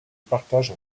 partage